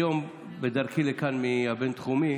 היום, בדרכי לכאן מהבינתחומי,